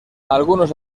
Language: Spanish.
algunos